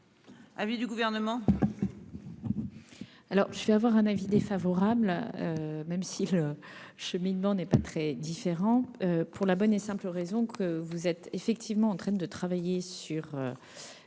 l'avis du Gouvernement ?